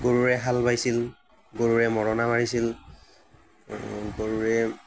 গৰুৰে হাল বাইছি ল গৰুৰে মৰণা মাৰিছিল গৰুৰে